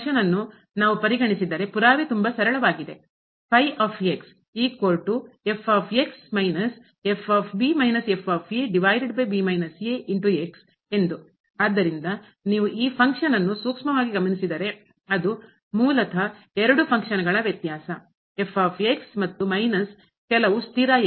ಈ ಫಂಕ್ಷನ್ ನ್ನು ಕಾರ್ಯವನ್ನು ನಾವುಪರಿಗಣಿಸಿದರೆ ಪುರಾವೆ ತುಂಬಾ ಸರಳವಾಗಿದೆ ಆದ್ದರಿಂದ ನೀವು ಈ ಫಂಕ್ಷನ್ ಕಾರ್ಯವ ಅನ್ನು ಸೂಕ್ಷ್ಮವಾಗಿ ಗಮನಿಸಿದರೆ ಅದು ಮೂಲತಃ ಎರಡು ಫಂಕ್ಷನ್ ಕಾರ್ಯಗಳ ವ್ಯತ್ಯಾಸ ಮತ್ತು ಮೈನಸ್ ಕೆಲವು ಸ್ಥಿರ